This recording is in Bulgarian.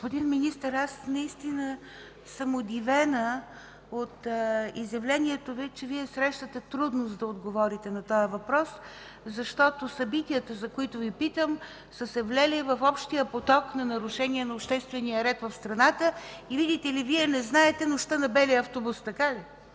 Господин Министър, аз наистина съм удивена от изявлението Ви, че Вие срещате трудност да отговорите на този въпрос, защото събитията, за които Ви питам, са се влели в общия поток на нарушение на обществения ред в страната и, видите ли, Вие не знаете „нощта на белия автобус”, така ли?